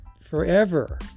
forever